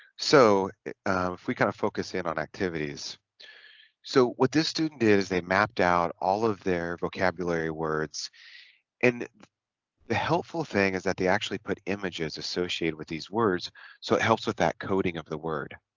so if we kind of focus in on activities so what this student is they mapped out all of their vocabulary words and the helpful thing is that they actually put images associated with these words so it helps with that coding of the word